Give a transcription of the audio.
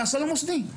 מהסל המוסדי.